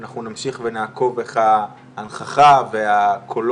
אנחנו נמשיך ונעקוב איך ההנכחה והקולות